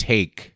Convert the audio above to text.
Take